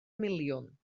miliwn